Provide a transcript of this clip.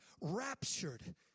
raptured